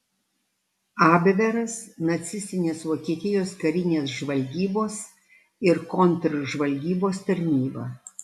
abveras nacistinės vokietijos karinės žvalgybos ir kontržvalgybos tarnyba